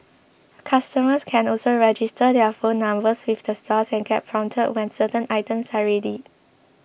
customers can also register their phone numbers with the stores and get prompted when certain items are ready